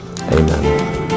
Amen